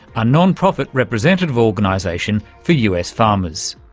a non-profit representative organisation for us farmers.